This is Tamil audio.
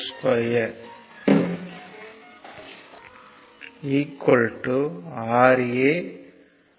46 மற்றும் 2